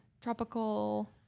tropical